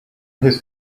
his